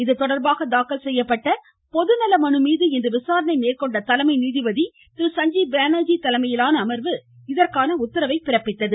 இதுதொடர்பாக தாக்கல் செய்யப்பட்ட பொது நல மனு மீது இன்று விசாரணை மேற்கொண்ட தலைமை நீதிபதி சஞ்சீவ் பானர்ஜி தலைமையிலான அமர்வு இதற்கான உத்தரவை பிறப்பித்தது